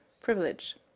privilege